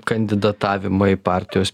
kandidatavimą į partijos